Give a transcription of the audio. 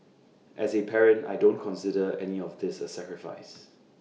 as A parent I don't consider any of this A sacrifice